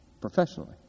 professionally